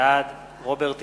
בעד רוברט אילטוב,